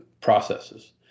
processes